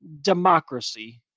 democracy